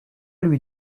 lui